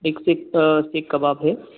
एक सीख सीख कबाब है